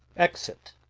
exit.